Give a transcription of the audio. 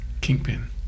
Kingpin